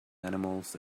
animals